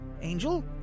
Angel